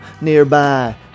nearby